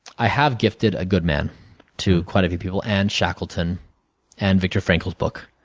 i have gifted a good man to quite a few people and shackleton and victor frankl's book.